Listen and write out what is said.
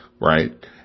right